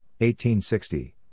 1860